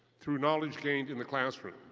through knowledge gained in the classroom.